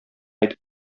әйтеп